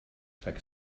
rhag